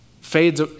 fades